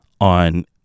on